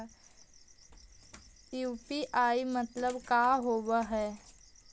UPI मतलब का होब हइ?